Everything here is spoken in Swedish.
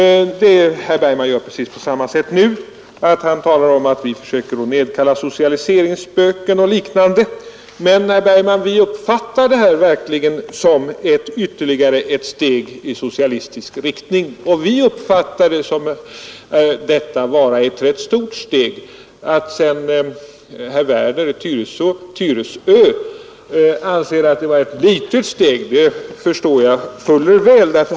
Herr Bergman gör även detta nu. Han talar vidare om att vi försöker nedkalla socialiseringsspöken och liknande. Men, herr Bergman, vi uppfattar verkligen det här som ett ytterligare steg i socialistisk riktning, och vi uppfattar detta vara ett rätt stort steg. Att sedan herr Werner i Tyresö anser att det är ett litet steg förstår jag fuller väl.